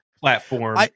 platform